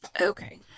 Okay